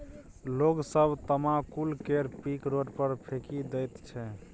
लोग सब तमाकुल केर पीक रोड पर फेकि दैत छै